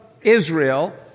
Israel